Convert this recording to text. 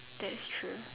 that's true